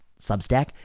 Substack